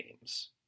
games